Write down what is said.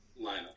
lineup